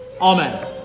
Amen